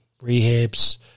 Rehabs